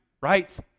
right